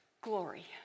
glory